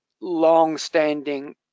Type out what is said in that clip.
long-standing